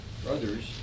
brothers